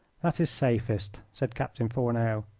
that is safest, said captain fourneau.